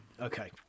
Okay